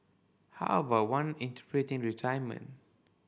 how about one interpreting retirement